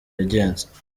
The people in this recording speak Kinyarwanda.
yagenze